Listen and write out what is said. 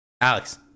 Alex